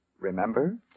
Remember